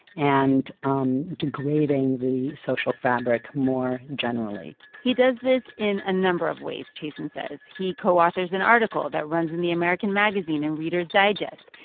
and um degrading the social fabric more generally he does this in a number of ways, chasin says. he co-authors an article that runs in the american magazine and reader's digest.